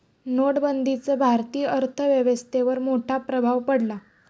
नोटबंदीचा भारतीय अर्थव्यवस्थेवर मोठा प्रभाव पडला